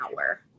hour